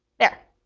there.